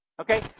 Okay